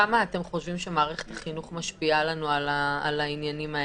כמה אתם חושבים שמערכת החינוך משפיעה על העניינים האלה,